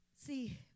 See